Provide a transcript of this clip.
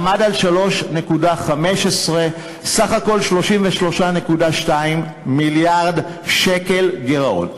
היה 3.15%. סך הכול 33.2 מיליארד שקל גירעון.